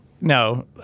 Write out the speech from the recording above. no